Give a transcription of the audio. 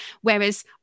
whereas